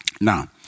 Now